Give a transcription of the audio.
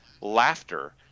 laughter